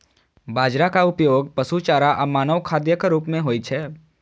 बाजराक उपयोग पशु चारा आ मानव खाद्यक रूप मे होइ छै